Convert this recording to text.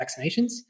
vaccinations